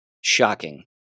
shocking